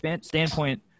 standpoint